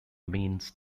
means